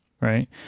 right